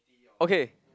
okay